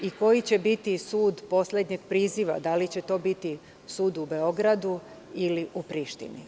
Koji će biti sud poslednjeg priziva, da li će to biti sud u Beogradu ili u Prištini?